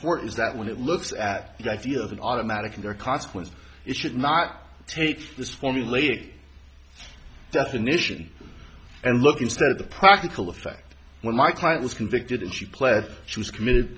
court is that when it looks at the idea of an automatic and there are consequences it should not take this formulaic definition and look instead at the practical effect when my client was convicted and she pled she was committed